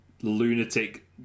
lunatic